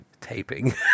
taping